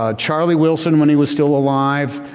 ah charlie wilson when he was still alive.